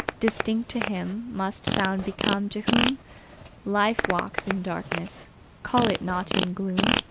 distinct to him must sound become, to whom life walks in darkness call it not in gloom.